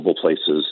places